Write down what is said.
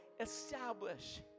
establish